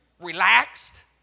relaxed